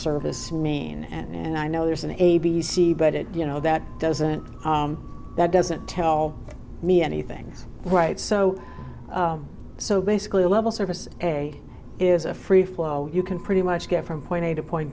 service mean and i know there's an a b c but it you know that doesn't that doesn't tell me anything right so so basically level surface a is a free flow you can pretty much get from point a to point